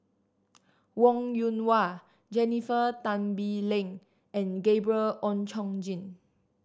Wong Yoon Wah Jennifer Tan Bee Leng and Gabriel Oon Chong Jin